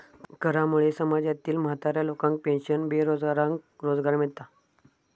करामुळे समाजातील म्हाताऱ्या लोकांका पेन्शन, बेरोजगारांका रोजगार मिळता